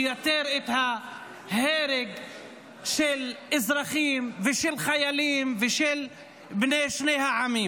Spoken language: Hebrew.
תייתר את ההרג של אזרחים ושל חיילים ושל בני שני העמים.